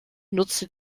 nutzte